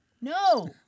No